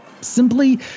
Simply